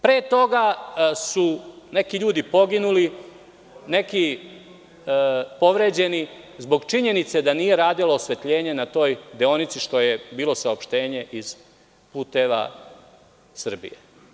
Pre toga su neki ljudi poginuli, neki povređeni zbog činjenice da nije radilo osvetljenje na toj deonici, što je bilo saopštenje iz „Puteva Srbije“